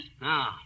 now